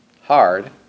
hard